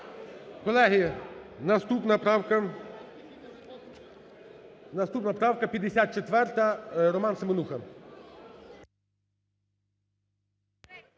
Колеги, наступна правка 54. Роман Семенуха.